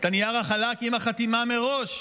הנייר החלק עם החתימה מראש.